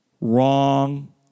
Wrong